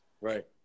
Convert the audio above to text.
right